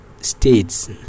states